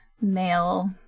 male